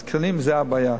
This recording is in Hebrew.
התקנים זה הבעיה.